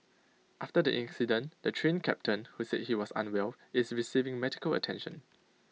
after the incident the Train Captain who said he was unwell is receiving medical attention